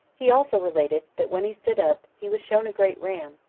he also related, that when he stood up, he was shown a great rain,